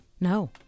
No